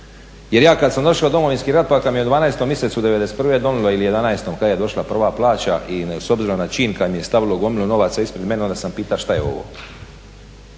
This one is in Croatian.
jer ja kad sam došao u Domovinski rat pa kad mi je u 12. mjesecu '91. ili 11., kad je došla prva plaća i s obzirom na čin kad mi je stavilo gomilu novaca ispred mene onda sam pitao šta je ovo.